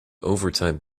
overtime